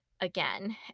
again